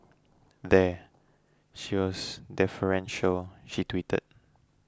there she was deferential she tweeted